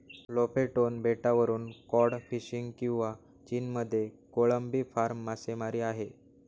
Lofoten बेटावरून cod fishing किंवा चीनमध्ये कोळंबी फार्म मासेमारी आहे